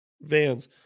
vans